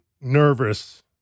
nervous